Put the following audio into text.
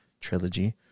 trilogy